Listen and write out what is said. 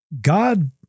God